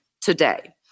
today